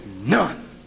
none